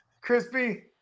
Crispy